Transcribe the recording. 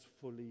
fully